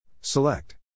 Select